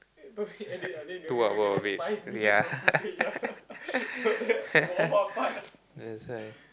two hour of it ya that's why